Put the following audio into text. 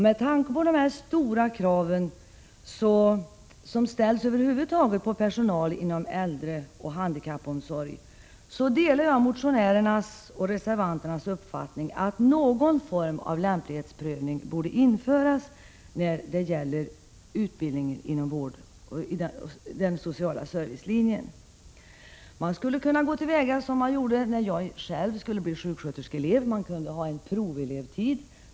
Med tanke på de stora krav som över huvud taget ställs på personal inom äldreoch handikappomsorg delar jag motionärernas och reservanternas uppfattning att någon form av lämplighetsprövning borde införas när det gäller utbildning på den sociala servicelinjen. Man skulle kunna gå till väga som man gjorde när jag själv skulle bli sjuksköterskeelev: man kunde ha en provelevtid.